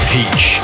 Peach